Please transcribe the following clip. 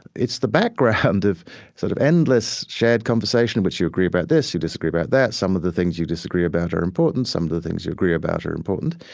it's the background of sort of endless shared conversation in which you agree about this you disagree about that some of the things you disagree about are important some of the things you agree about are important